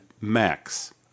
Max